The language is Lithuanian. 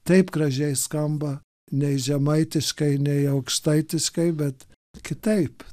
taip gražiai skamba nei žemaitiškai nei aukštaitiškai bet kitaip